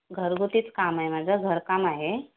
घरगुतीच काम आहे माझं घरकाम आहे